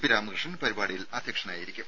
P Ramakrishnan പരിപാടിയിൽ അധ്യക്ഷനായിരിക്കും